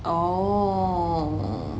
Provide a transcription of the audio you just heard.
oh